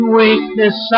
weakness